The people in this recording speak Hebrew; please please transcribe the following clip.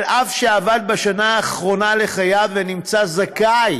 אף שעבד בשנה האחרונה לחייו ונמצא זכאי